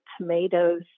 tomatoes